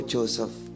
Joseph